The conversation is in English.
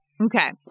Okay